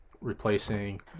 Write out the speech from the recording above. replacing